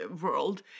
world